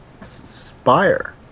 Spire